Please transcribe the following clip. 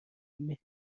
مهر